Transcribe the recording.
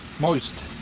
moist,